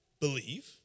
believe